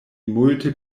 multe